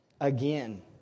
again